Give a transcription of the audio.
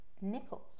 nipples